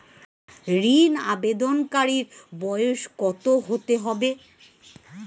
ঋন আবেদনকারী বয়স কত হতে হবে?